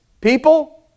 people